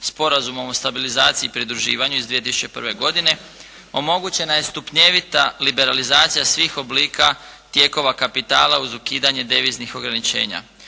Sporazumom o stabilizaciji i pridruživanju iz 2001. godine omogućena je stupnjevita liberalizacija svih oblika tijekova kapitala uz ukidanje deviznih ograničenja.